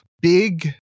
big